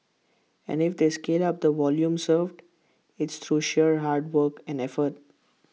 and if they scale up the volume served it's through sheer hard work and effort